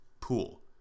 pool